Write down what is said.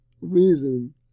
reason